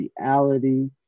reality